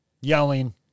yelling